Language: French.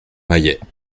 mayet